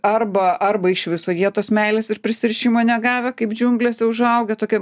arba arba iš viso jie tos meilės ir prisirišimo negavę kaip džiunglėse užaugę tokia